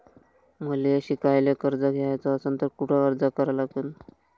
मले शिकायले कर्ज घ्याच असन तर कुठ अर्ज करा लागन?